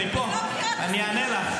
אני פה, אני אענה לך.